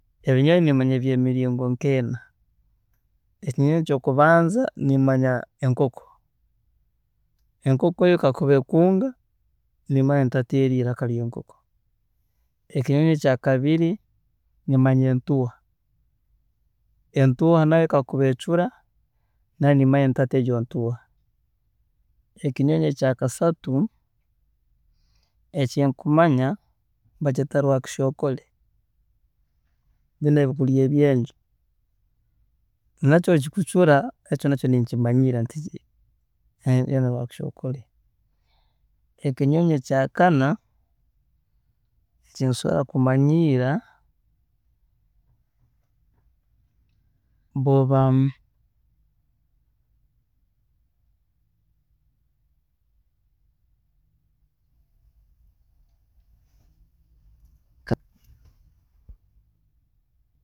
Ebinyonyi nimanya ebyemiringo nk'eena, ekinyonyi ekyokubanza nimanya enkoko, enkoko yo kakuba ekunga nimanya nti hati iraka eri ry'enkoko, ekinyonyi ekyakabiri nimanya entuuha, entuuha nayo kakuba ecura nayo nimanya nti hati egyo ntuuha, ekinyonyi ekya kasatu ekinkumanya nibakyeeta rwakisookori, binu ebikurya ebyenju, nakyo obu kikucura, nakyo ninkimanyiirra nti hati egi nayo rwakisookori, ekinyonyi ekyaakana eki nsobola kumanyiira, bwooba ka